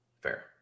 Fair